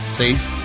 safe